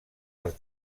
els